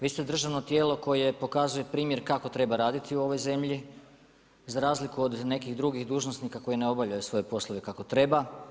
Vi ste državno tijelo koje pokazuje primjer kako treba raditi u ovoj zemlji, za razliku od nekih drugih dužnosnika koji ne obavljaju svoje poslove kako treba.